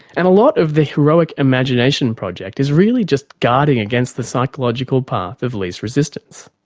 and a lot of the heroic imagination project is really just guarding against the psychological path of least resistance.